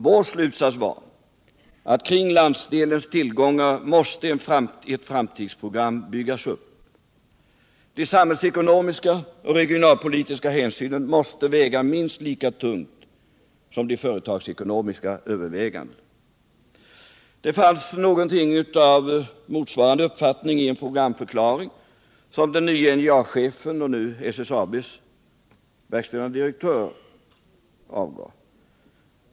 Vår slutsats var att kring landsdelens tillgångar måste ett framtidsprogram byggas upp. De samhällsekonomiska och regionalpolitiska hänsynen måste väga minst lika tungt som de företagsekonomiska övervägandena. Det fanns någonting av motsvarande uppfattning i en programförklaring som den nya NJA chefen, nu SSAB:s verkställande direktör, avgav.